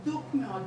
הדוק מאוד,